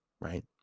right